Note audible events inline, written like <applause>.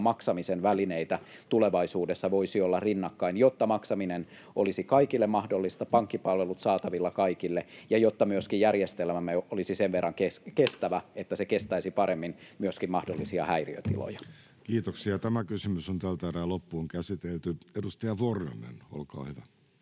maksamisen välineitä tulevaisuudessa voisi olla rinnakkain, jotta maksaminen olisi kaikille mahdollista, pankkipalvelut saatavilla kaikille ja jotta myöskin järjestelmämme olisi sen verran kestävä, <noise> että se kestäisi paremmin myöskin mahdollisia häiriötiloja. [Speech 99] Speaker: Jussi Halla-aho Party: N/A Role: chairman